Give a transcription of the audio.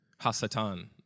Hasatan